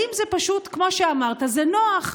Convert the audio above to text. האם זה פשוט כמו שאמרת: זה נוח,